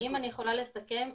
אם אני יכולה לסכם,